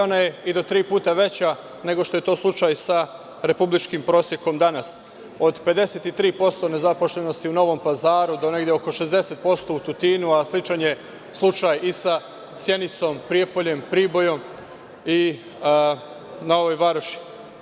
Ona je i do tri puta veća nego što je to slučaj sa republičkim prosekom danas, od 53% nezaposlenosti u Novom Pazaru, do negde oko 60% u Tutinu, a sličan je slučaj i sa Sjenicom, Prijepoljem, Pribojem i Novom Varoši.